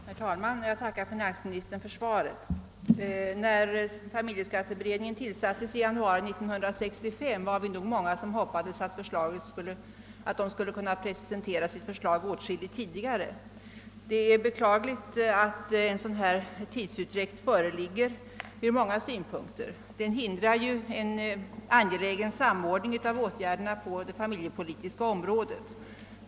Herr talman! Jag tackar finansministern för svaret. När familjeskatteberedningen tillsattes i januari 1965, var vi nog många som hoppades, att beredningen skulle kunna presentera sitt förslag åtskilligt tidigare än vad som nu är fallet. Denna tidsutdräkt är ur många synpunkter beklaglig. Den hindrar en angelägen samordning av åtgärderna på det familjepolitiska området.